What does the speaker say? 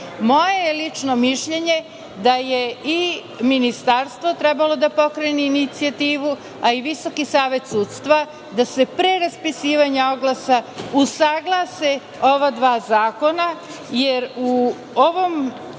Moje lično mišljenje da je i Ministarstvo trebalo da pokrene inicijativu, a i Visoki savet sudstva, da se pre raspisivanja oglasa usaglase ova dva zakona, jer u ovom